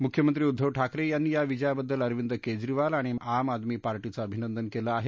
मुख्यमंत्री उद्दव ठाकरे यांनी या विजयाबद्दल अरविंद केजरीवाल आणि आम आदमी पार्टीचं अभिनंदन केलं आहे